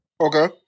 Okay